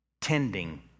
Tending